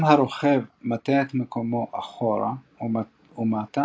אם הרוכב מטה את מיקומו אחורה ומטה,